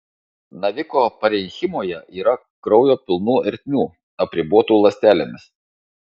naviko parenchimoje yra kraujo pilnų ertmių apribotų ląstelėmis